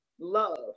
love